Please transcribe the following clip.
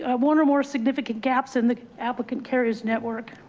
ah one or more significant gaps in the applicant carrier's network.